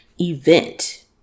event